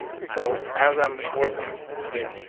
so as i'm working here,